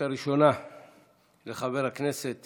שאילתה ראשונה של חבר הכנסת